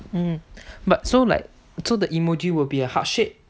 mm but so like so the emoji will be a heart shape